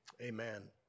Amen